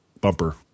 bumper